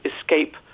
Escape